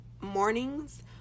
mornings